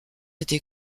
été